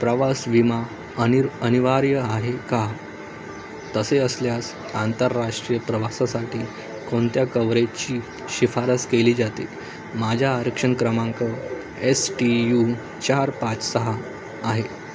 प्रवास विमा अनिर अनिवार्य आहे का तसे असल्यास आंतरराष्ट्रीय प्रवासासाठी कोणत्या कवर्हरेजची शिफारस केली जाते माझ्या आरक्षण क्रमांक एस टी यू चार पाच सहा आहे